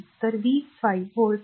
तर V 5 volt आहे